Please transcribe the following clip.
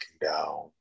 down